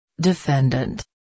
defendant